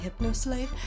hypnoslave